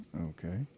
Okay